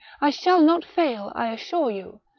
i shall not fail, i assure you,